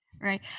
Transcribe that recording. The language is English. Right